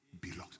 belongs